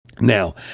Now